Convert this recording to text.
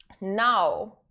now